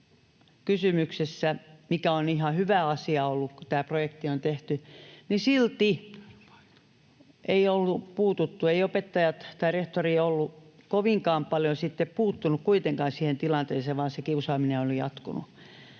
Koulu kysymyksessä — mikä on ihan hyvä asia ollut, että tämä projekti on tehty — niin silti ei ollut puututtu, eivät opettajat eikä rehtori olleet kovinkaan paljon sitten puuttuneet kuitenkaan siihen tilanteeseen, vaan se kiusaaminen oli jatkunut,